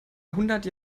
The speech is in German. hundert